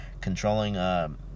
controlling